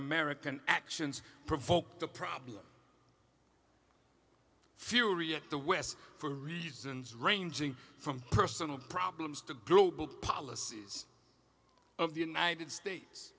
american actions provoked a problem fury at the west for reasons ranging from personal problems to group policies of the united states